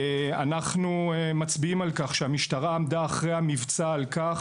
אנחנו מצביעים על כך שהמשטרה עמדה אחרי המבצע על כך